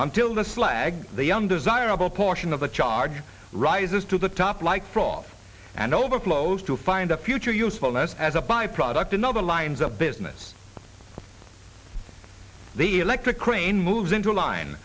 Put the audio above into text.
until the slag the undesirable portion of the charge rises to the top like froth and overflows to find a future usefulness as a byproduct another lines of business the electric crane moves into a line